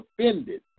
offended